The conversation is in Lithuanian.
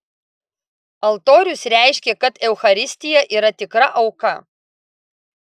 altorius reiškė kad eucharistija yra tikra auka